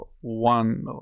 one